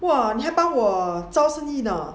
!wow! 你还帮我招生意呢